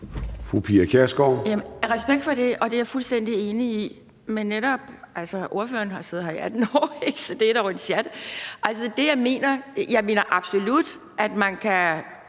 Pia Kjærsgaard (DF): Jamen respekt for det, og det er jeg fuldstændig enig i. Men altså, ordføreren har siddet her i 18 år, så det er dog en sjat. Jeg mener absolut, at man kan